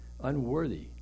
unworthy